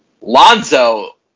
Lonzo